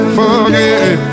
forget